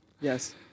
Yes